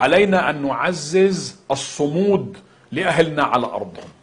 עלינו לחזק את עמידתם של אנשינו בשטח." תודה רבה.